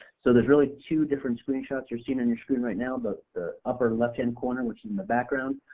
so there's really two different screenshots you're seeing on and your screen right now but the upper left hand corner which is in the background,